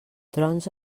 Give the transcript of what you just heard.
trons